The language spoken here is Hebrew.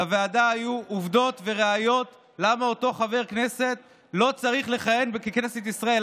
לוועדה היו עובדות וראיות למה אותו חבר כנסת לא צריך לכהן בכנסת ישראל,